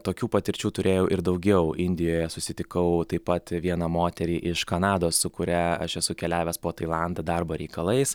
tokių patirčių turėjau ir daugiau indijoje susitikau taip pat vieną moterį iš kanados su kuria aš esu keliavęs po tailandą darbo reikalais